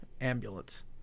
ambulance